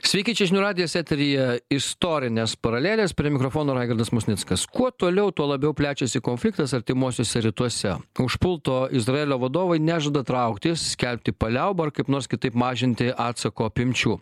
sveiki čia žinių radijas eteryje istorinės paralelės prie mikrofono raigardas musnickas kuo toliau tuo labiau plečiasi konfliktas artimuosiuose rytuose užpulto izraelio vadovai nežada trauktis skelbti paliaubų ar kaip nors kitaip mažinti atsako apimčių